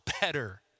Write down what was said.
better